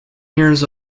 years